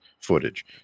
footage